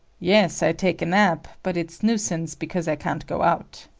yes, i take a nap, but it's nuisance because i can't go out.